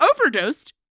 overdosed